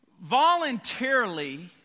voluntarily